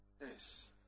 Yes